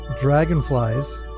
Dragonflies